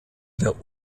der